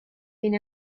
been